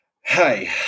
Hey